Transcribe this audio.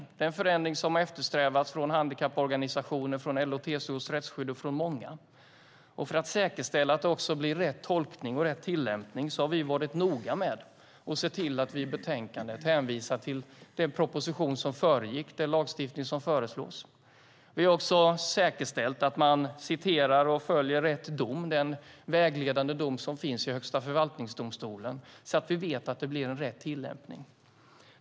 Det är en förändring som har eftersträvats från handikapporganisationer, från LO-TCO Rättsskydd, från många. För att säkerställa att det också blir rätt tolkning och rätt tillämpning har vi varit noga med att se till att vi i betänkandet hänvisar till den proposition som föregick den lagstiftning som föreslogs. Vi har också säkerställt att man citerar och följer rätt dom, den vägledande dom som finns i Högsta förvaltningsdomstolen, så att vi vet att det blir rätt tillämpning.